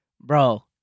bro